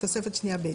תוספת שנייה ב'.